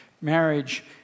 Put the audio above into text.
marriage